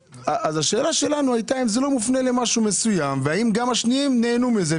השאלה שלנו הייתה אם זה לא מופנה למשהו מסוים והאם גם האחרים נהנו מזה.